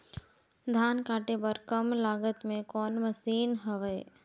धान काटे बर कम लागत मे कौन मशीन हवय?